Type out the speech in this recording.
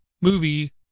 movie